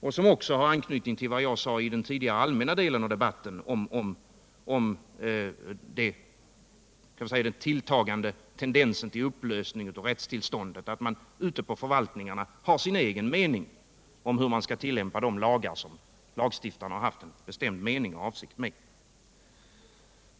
Det har också anknytning till vad jag sade tidigare i den allmänna delen av debatten om den tilltagande tendensen till upplösning av rättstillståndet, nämligen att man ute på förvaltningarna har sin egen mening om hur man skall tillämpa de lagar som lagstiftarna har haft en bestämd avsikt med.